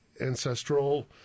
ancestral